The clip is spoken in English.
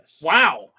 Wow